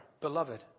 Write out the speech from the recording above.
beloved